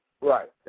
Right